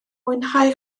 mwynhau